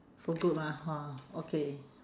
so good lah !wah! okay